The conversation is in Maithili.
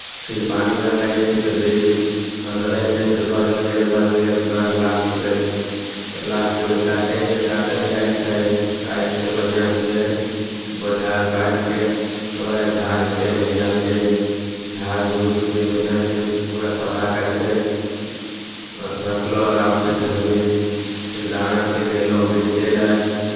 फेर पानि आर लगै छै तऽ देल फसल एहिसँ एहिसँ बढ़ल गेल बढ़ल गेल तऽ ओकरा लास्टमे लास्टमे काटय जा काटल जाइ छै काटि कऽ बढ़िआँसँ बोझा आर बान्हि कऽ ओकरा झाड़ि कऽ बढ़िआँसँ झाड़ि झूड़ि कऽ बढ़िआँसँ पूरा सफा करि कऽ रखलहुँ आरामसँ घरमे फेर दाना आरकेँ गयलहुँ बेचय लए